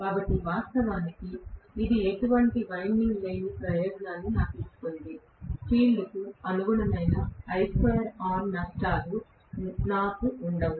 కాబట్టి వాస్తవానికి ఇది ఎటువంటి వైండింగ్ లేని ప్రయోజనాన్ని నాకు ఇస్తుంది ఫీల్డ్కు అనుగుణమైన I2R నష్టాలు నాకు ఉండవు